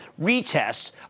retests